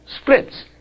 splits